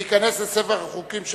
וייכנס לספר החוקים של